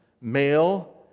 male